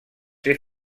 ser